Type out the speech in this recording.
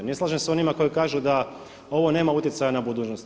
Ne slažem se sa onima koji kažu da ovo nema utjecaja na budućnost.